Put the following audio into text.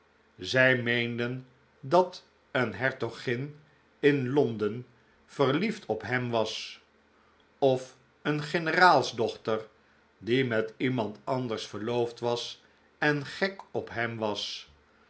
zij meenden dat een hertogin in londen verliefd op hem was of een generaalsdochter die met iemand anders verloofd was en gek op hem was